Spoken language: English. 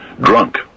Drunk